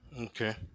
Okay